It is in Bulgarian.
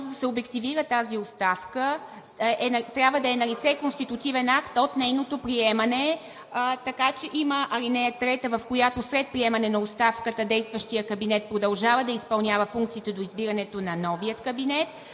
за да се обективира тази оставка, трябва да е налице конститутивен акт от нейното приемане. Има ал. 3, в която след приемане на оставката действащият кабинет продължава да изпълнява функциите до избирането на новия кабинет,